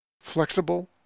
Flexible